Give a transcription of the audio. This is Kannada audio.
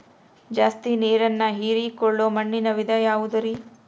ಜಾಸ್ತಿ ನೇರನ್ನ ಹೇರಿಕೊಳ್ಳೊ ಮಣ್ಣಿನ ವಿಧ ಯಾವುದುರಿ?